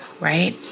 Right